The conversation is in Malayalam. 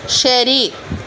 ശരി